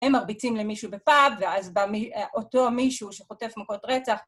הם מרביצים למישהו בפאב, ואז בא אותו המישהו שחוטף מכות רצח.